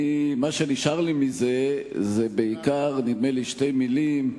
מה שנשאר לי מזה זה בעיקר שתי מלים,